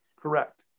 Correct